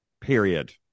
Period